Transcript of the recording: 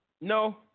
no